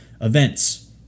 events